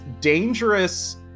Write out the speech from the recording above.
dangerous